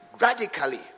radically